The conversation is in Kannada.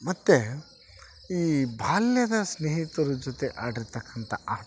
ಮತ್ತೆ ಈ ಬಾಲ್ಯದ ಸ್ನೇಹಿತರ ಜೊತೆ ಆಡಿರತಕ್ಕಂತ ಆಟ